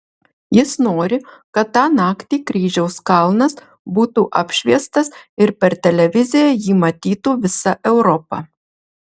jis nori kad tą naktį kryžiaus kalnas būtų apšviestas ir per televiziją jį matytų visa europa